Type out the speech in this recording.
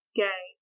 gay